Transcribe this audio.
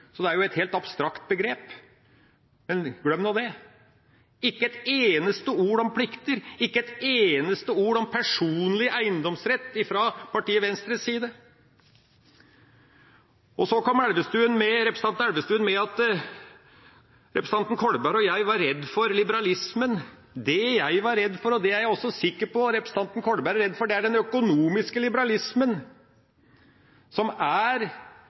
så det er et helt abstrakt begrep. Men glem nå det. Det var ikke ett eneste ord om plikter, ikke ett eneste ord om personlig eiendomsrett fra partiet Venstres side. Så sa representanten Elvestuen at representanten Kolberg og jeg var redd for liberalismen. Det jeg er redd for, og det jeg også er sikker på at representanten Kolberg er redd for, er den økonomiske liberalismen som er